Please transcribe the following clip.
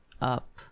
up